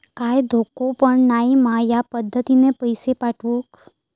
काय धोको पन नाय मा ह्या पद्धतीनं पैसे पाठउक?